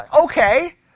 Okay